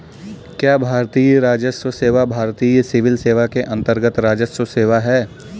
क्या भारतीय राजस्व सेवा भारतीय सिविल सेवा के अन्तर्गत्त राजस्व सेवा है?